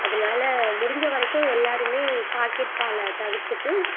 அதனால் முடிஞ்ச வரைக்கும் எல்லாேருமே பாக்கெட் பாலை தவிர்த்துவிட்டு